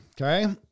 Okay